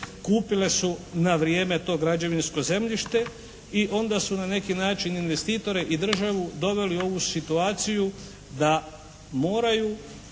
kupile su na vrijeme to građevinsko zemljište i onda su na neki način investitore i državu doveli u ovu situaciju da moraju